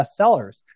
bestsellers